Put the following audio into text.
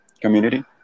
community